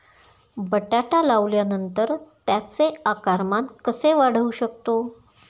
बटाटा लावल्यानंतर त्याचे आकारमान कसे वाढवू शकतो?